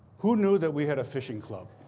who knew that we had a fishing club?